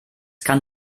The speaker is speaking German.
kann